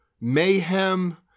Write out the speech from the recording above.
mayhem